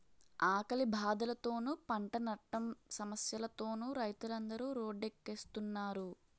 ఆకలి బాధలతోనూ, పంటనట్టం సమస్యలతోనూ రైతులందరు రోడ్డెక్కుస్తున్నారు